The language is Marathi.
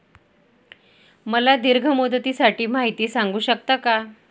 मला दीर्घ मुदतीसाठी माहिती सांगू शकता का?